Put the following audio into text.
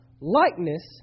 likeness